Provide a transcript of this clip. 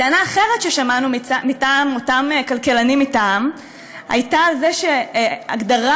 טענה אחרת ששמענו מטעם אותם כלכלנים-מטעם הייתה שהגדרה